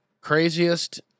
craziest